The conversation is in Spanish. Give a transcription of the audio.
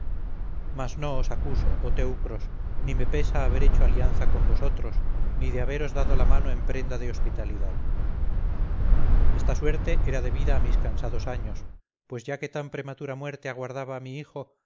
no os acuso oh teucros ni me pesa haber hecho alianza con vosotros ni de haberos dado la mano en prenda de hospitalidad esta suerte era debida a mis cansados años pues ya que tan prematura muerte aguardaba a mi hijo